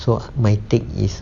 so my take is